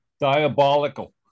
diabolical